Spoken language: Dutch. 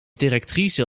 directrice